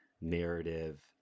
narrative